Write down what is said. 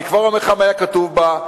אני כבר אומר לך מה יהיה כתוב בה.